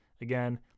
Again